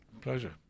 Pleasure